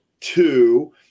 two